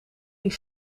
die